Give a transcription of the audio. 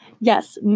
Yes